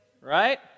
Right